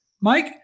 Mike